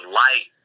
light